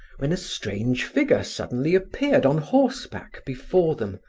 when a strange figure suddenly appeared on horse-back before them,